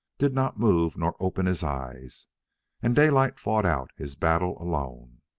did not move nor open his eyes and daylight fought out his battle alone.